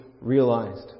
realized